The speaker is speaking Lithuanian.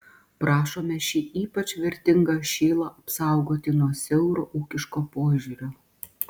prašome šį ypač vertingą šilą apsaugoti nuo siauro ūkiško požiūrio